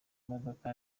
imodoka